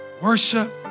worship